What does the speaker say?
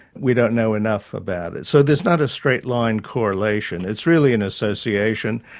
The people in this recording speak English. we don't know enough about it. so there's not a straight line correlation, it's really an association,